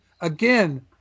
again